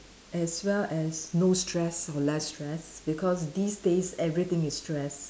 as well as no stress or less stress because these days everything is stress